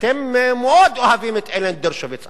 אתם מאוד אוהבים את אלן דרשוביץ,